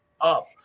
Up